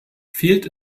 fehlt